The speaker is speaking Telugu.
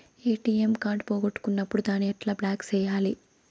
ఎ.టి.ఎం కార్డు పోగొట్టుకున్నప్పుడు దాన్ని ఎట్లా బ్లాక్ సేయాలి